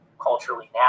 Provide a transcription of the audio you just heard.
culturally